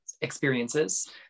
experiences